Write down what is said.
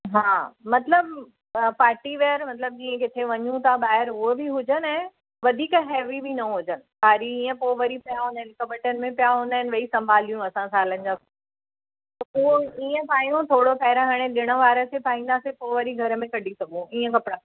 हा मतलबु पाटीवेर मतलबु इहे किथे वञूं था ॿाहिरि उहो बि हुजनि ऐं वधीक हैवी बि न हुजनि साड़ी इअं पोइ वरी पिया हूंदा आहिनि कबटनि में पिया हूंदा आहिनि वेई संभालियूं असां सालनि जा त पोइ इअं पायूं थोरो पहिरां हाणे ॾिणवार ते पाईंदासीं पोइ वरी घर में कढी सघूं इहे कपिड़ा